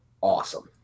awesome